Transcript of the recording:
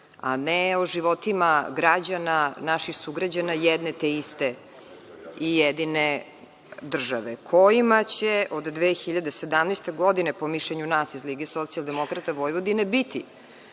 a ne o životima građana, naših sugrađana jedne te iste i jedine države, kojima će od 2017. godine, po mišljenju nas iz LSV, biti pogoršani uslovi za život